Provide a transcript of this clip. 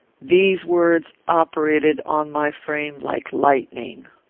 these words operated on my frame like lightning.